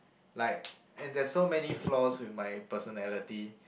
like and there's so many flaws with my personality